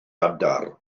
adar